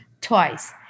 twice